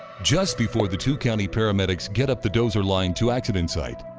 just before the two county paramedics get up the dozer line to accident site,